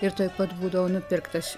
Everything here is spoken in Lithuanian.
ir tuoj pat būdavo nupirktas